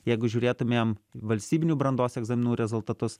jeigu žiūrėtumėm valstybinių brandos egzaminų rezultatus